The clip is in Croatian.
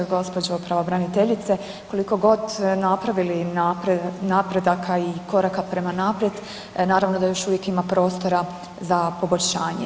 Gospođo pravobraniteljice koliko god napravili napredaka i koraka prema naprijed naravno da još uvijek ima prostora za poboljšanje.